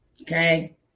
Okay